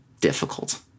Difficult